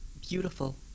Beautiful